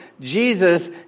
Jesus